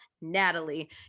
Natalie